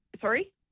sorry